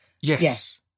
yes